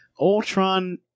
Ultron